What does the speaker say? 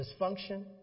dysfunction